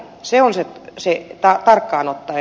se on se tarkkaan ottaen